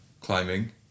climbing